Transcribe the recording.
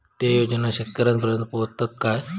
ते योजना शेतकऱ्यानपर्यंत पोचतत काय?